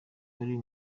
wari